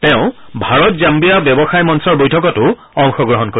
তেওঁ ভাৰত জাদ্বিয়া ব্যৱসায় মঞ্চৰ বৈঠকতো অংশগ্ৰহণ কৰিব